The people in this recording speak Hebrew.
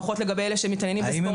לפחות לגבי אלו שמתעניינים בספורט.